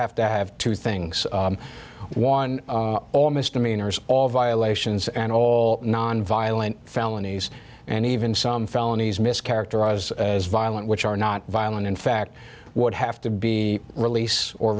have to have two things one all misdemeanors all violations and all nonviolent felonies and even some felonies mischaracterized as violent which are not violent in fact would have to be release or